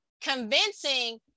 convincing